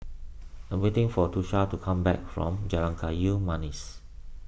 I'm waiting for Tosha to come back from Jalan Kayu Manis